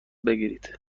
بگیرید